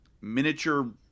miniature